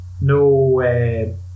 No